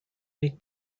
league